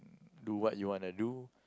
do what you wanna do